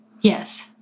yes